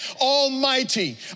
Almighty